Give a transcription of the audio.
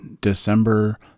December